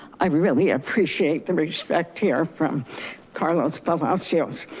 i really appreciate the respect here from carlos palacios.